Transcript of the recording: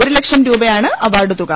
ഒരു ലക്ഷംരൂപയാണ് അവാർഡ് തുക